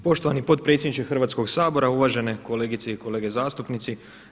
Poštovani potpredsjedniče Hrvatskog sabora, uvažene kolegice i kolege zastupnici.